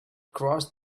crossed